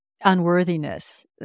unworthiness